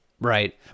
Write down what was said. Right